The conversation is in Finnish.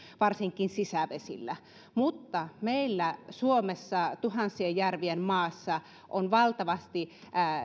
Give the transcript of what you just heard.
varsinkin sisävesillä meillä suomessa tuhansien järvien maassa on ollut valtavasti